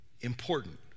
important